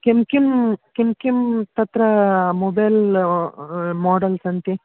किं किं किं किं तत्र मोबैल् मोडल् सन्ति